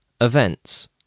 events